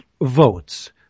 votes